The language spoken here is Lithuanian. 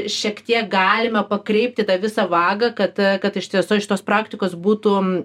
šiek tiek galime pakreipti tą visą vagą kad kad iš tiesų iš tos praktikos būtų